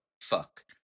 fuck